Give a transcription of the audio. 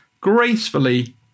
gracefully